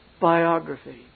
biography